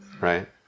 right